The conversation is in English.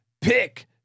Pick